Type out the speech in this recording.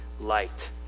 light